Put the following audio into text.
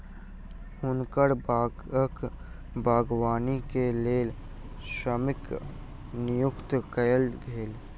हुनकर बागक बागवानी के लेल श्रमिक नियुक्त कयल गेल